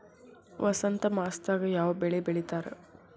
ವಸಂತ ಮಾಸದಾಗ್ ಯಾವ ಬೆಳಿ ಬೆಳಿತಾರ?